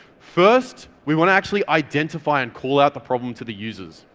first, we want to actually identify and call out the problem to the users.